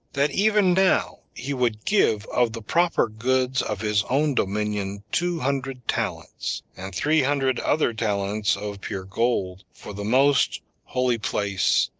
that even now he would give of the proper goods of his own dominion two hundred talents, and three hundred other talents of pure gold, for the most holy place,